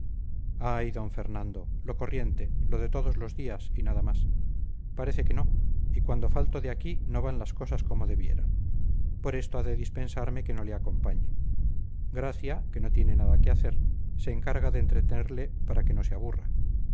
ay d fernando lo corriente lo de todos los días y nada más parece que no y cuando falto de aquí no van las cosas como debieran por esto ha de dispensarme que no le acompañe gracia que no tiene nada que hacer se encarga de entretenerle para que no se aburra